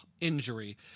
injury